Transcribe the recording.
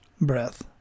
breath